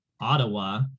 Ottawa